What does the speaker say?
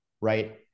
Right